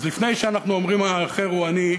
אז לפני שאנחנו אומרים "האחר הוא אני",